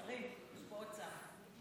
יש פה עוד שר.